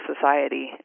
society